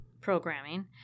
programming